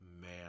man